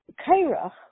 Kairach